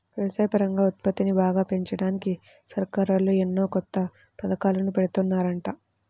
వ్యవసాయపరంగా ఉత్పత్తిని బాగా పెంచడానికి సర్కారోళ్ళు ఎన్నో కొత్త పథకాలను పెడుతున్నారంట